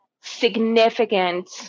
Significant